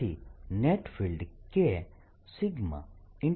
તેથી નેટ ફિલ્ડk σ d થશે